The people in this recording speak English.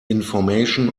information